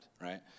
right